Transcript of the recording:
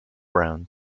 brown